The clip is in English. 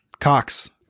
Cox